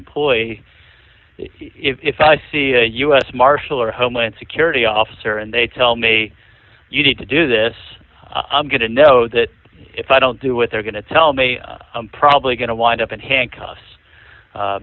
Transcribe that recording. employee if i see a u s marshal or homeland security officer and they tell me you need to do this i'm going to know that if i don't do it they're going to tell me i'm probably going to wind up in handcuffs